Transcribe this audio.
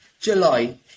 July